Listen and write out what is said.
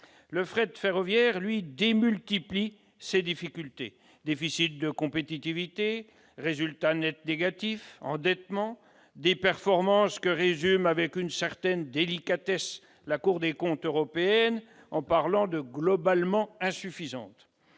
Le fret ferroviaire, lui, démultiplie les difficultés : déficit de compétitivité, résultat net négatif, endettement, autant de performances que résume avec une certaine délicatesse la Cour des comptes européenne en les qualifiant de « globalement insuffisantes